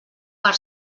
per